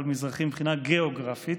אבל מזרחי מבחינה גיאוגרפית,